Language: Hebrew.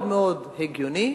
מאוד מאוד הגיוני,